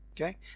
Okay